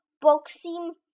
boxing